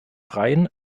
freien